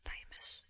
Famous